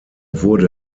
wurde